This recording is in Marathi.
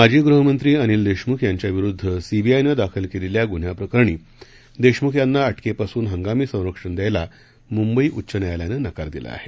माजी गृहमंत्री अनिल देशमुख यांच्या विरुद्ध सीबीआयनं दाखल केलेल्या गुन्ह्याप्रकरणी देशमुख यांना अटकेपासून हंगामी संरक्षण द्यायला मुंबई उच्च न्यायालयानं नकार दिला आहे